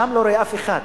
שם אני לא רואה אף אחד,